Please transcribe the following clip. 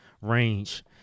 range